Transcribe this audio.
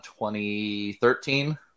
2013